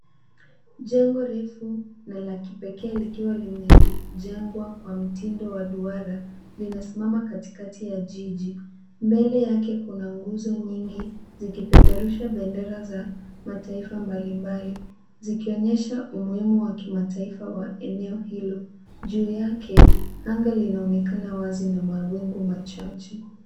Jengo refu na la kipekee likiwa limejengwa kwa mtindo wa duara limesimama katikati ya jiji. Mbele yake kuna nguzo nyingi zikipeperusha bendera za mataifa mbalimbali. Zikionyesha umuhimu wa kimataifa wa eneo hilo. Juu yake, anga linaoekana wazi na mawingu machache.